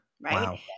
Right